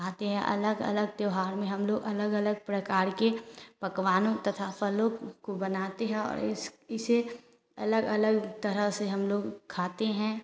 खाते हैं अलग अलग त्यौहार में हम लोग अलग अलग प्रकार के पकवानों तथा फलों को बनाते हैं और इस इसे अलग अलग तरह से हम लोग खाते हैं